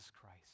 Christ